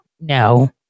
no